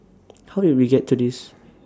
how did we get to this